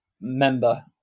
member